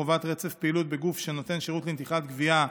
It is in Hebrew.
חובת רצף פעילות בגוף שנותן שירות לנתיחת גווייה),